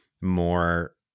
more